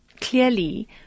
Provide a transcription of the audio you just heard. clearly